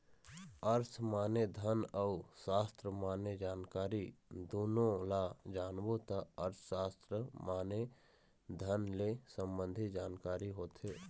अर्थ माने धन अउ सास्त्र माने जानकारी दुनो ल जानबे त अर्थसास्त्र माने धन ले संबंधी जानकारी होथे